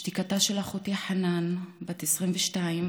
שתיקתה של אחותי חנאן, בת 22,